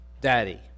Daddy